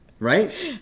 right